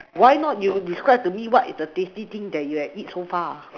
why not you describe to me what is the tasty thing that you had eat so far